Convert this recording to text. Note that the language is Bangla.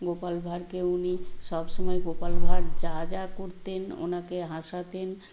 গোপাল ভাঁড়কে উনি সব সময় গোপাল ভাঁড় যা যা করতেন ওনাকে হাসাতেন